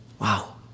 Wow